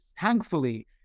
thankfully